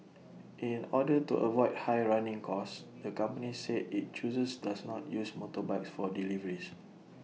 in order to avoid high running costs the company said IT chooses does not use motorbikes for deliveries